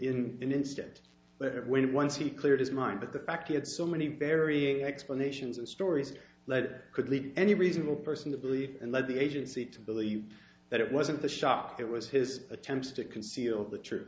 in an instant but when once he cleared his mind but the fact he had so many varying explanations and stories that could lead any reasonable person to believe and led the agency to believe that it wasn't the shock it was his attempts to conceal the tru